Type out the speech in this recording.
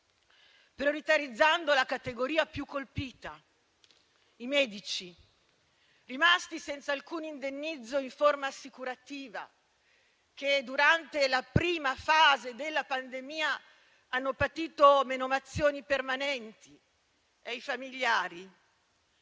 prioritarizzando la categoria più colpita, ovvero i medici, rimasti senza alcun indennizzo in forma assicurativa, che durante la prima fase della pandemia hanno patito menomazioni permanenti e i familiari